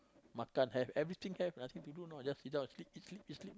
makan have everything have nothing to do just sit down and sleep eat sleep eat sleep